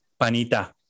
Panita